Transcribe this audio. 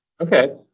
Okay